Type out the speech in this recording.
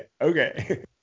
Okay